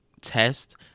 test